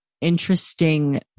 interesting